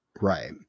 Right